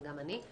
וגם אני.